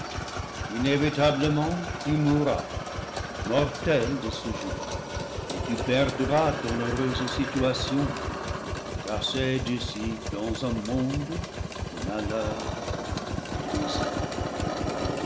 inévitablement tu mourras mortel de ce jour et tu perdras ton heureuse situation chassé d'ici dans un monde de malheur et de misère